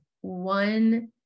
one